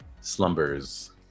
slumbers